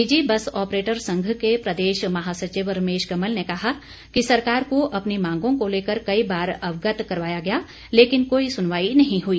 निजी bus operator संघ के प्रदेश महासचिव रमेश कमल ने कहा कि सरकार को अपनी मांगों को लेकर कई बार अवगत करवाया गया लेकिन कोई सुनवाई नहीं हुई